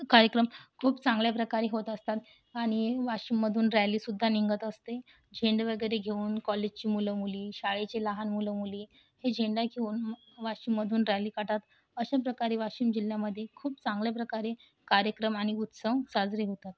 कार्यक्रम खूप चांगल्याप्रकारे होत असतात आणि वाशिममधून रॅलीसुद्धा निघत असते झेंडे वगैरे घेऊन कॉलेजचे मुलंमुली शाळेचे लहान मुलंमुली हे झेंडा घेऊन वाशिममधून रॅली काढतात अशाप्रकारे वाशिम जिल्ह्यामध्ये खूप चांगल्याप्रकारे कार्यक्रम आणि उत्सव साजरे होतात